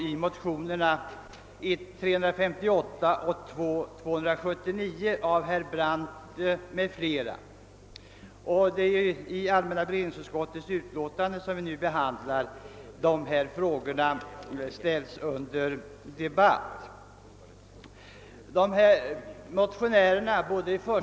I motionerna 1I:358 och II: 279, som behandlas i allmänna beredningsutskottets förevarande utlåtande, ställs dessa frågor under debatt.